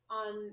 on